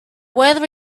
weather